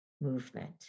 movement